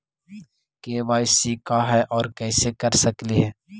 KYC का है, और कैसे कर सकली हे?